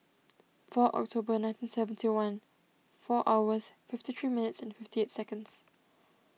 four October nineteen seventy one four hours fifty three minutes and fifty eight seconds